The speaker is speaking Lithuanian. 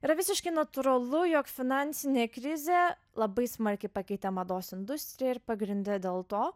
yra visiškai natūralu jog finansinė krizė labai smarkiai pakeitė mados industriją ir pagrinde dėl to